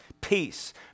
Peace